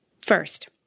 First